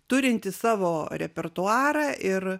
turintis savo repertuarą ir